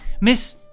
Miss